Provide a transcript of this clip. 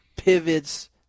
Pivots